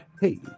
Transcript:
Hey